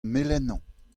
melenañ